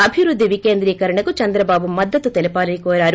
అభివృద్ది వికేంద్రీకరణకు చంద్రబాబు మద్దతు తెలిపాలని కోరారు